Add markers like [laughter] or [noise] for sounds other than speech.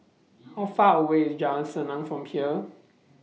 How Far away IS Jalan Senang from here [noise]